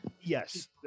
Yes